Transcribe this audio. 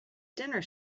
dinner